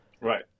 Right